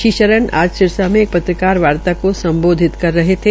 श्री शरण आज सिरसा मे एक पत्रकारवार्ता को सम्बोधित कर रहे थे